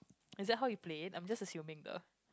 is that how you play it I'm just assuming though